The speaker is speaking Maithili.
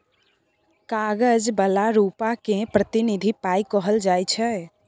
कागज बला रुपा केँ प्रतिनिधि पाइ कहल जाइ छै